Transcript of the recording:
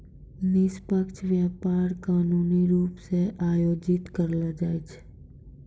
निष्पक्ष व्यापार कानूनी रूप से आयोजित करलो जाय छै